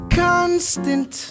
constant